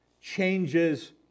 changes